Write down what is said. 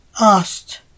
Asked